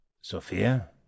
Sophia